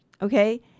okay